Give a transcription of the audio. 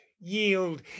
yield